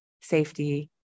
safety